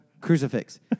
crucifix